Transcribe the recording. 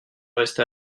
restés